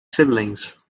siblings